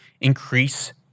increase